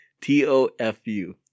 T-O-F-U